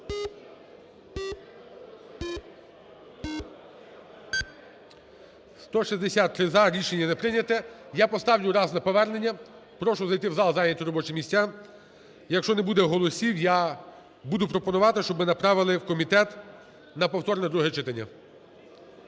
За-163 Рішення не прийнято. Я поставлю раз на повернення, прошу зайти в зал і зайняти робочі місця. Якщо не буде голосів, я буду пропонувати, щоб ми направили в комітет на повторне друге читання.